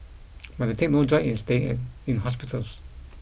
but they take no joy in staying in in hospitals